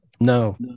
no